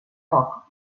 foc